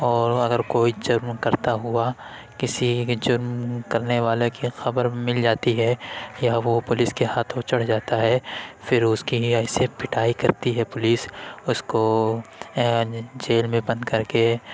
اور اگر کوئی جرم کرتا ہوا کسی بھی جرم کرنے والے کی خبر مل جاتی ہے یا وہ پولیس کے ہاتھوں چڑھ جاتا ہے پھر اس کی ہی ایسی پٹائی کرتی ہے پولیس اس کو جیل میں بند کر کے